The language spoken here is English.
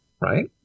Right